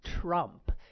Trump